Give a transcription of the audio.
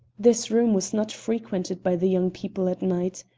this room was not frequented by the young people at night.